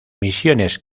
misiones